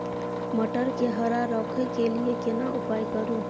मटर के हरा रखय के लिए केना उपाय करू?